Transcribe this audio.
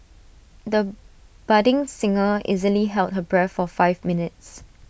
the budding singer easily held her breath for five minutes